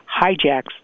hijacks